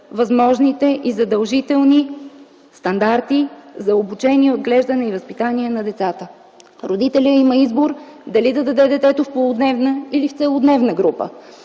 възможните и задължителни стандарти за обучение, отглеждане и възпитание на децата. Родителят има избор дали да даде детето в полудневна или всекидневна група.